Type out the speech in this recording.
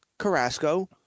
Carrasco